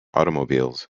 automobiles